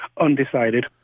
undecided